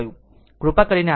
આમ કૃપા કરીને આ કરો